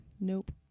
Nope